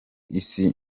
isi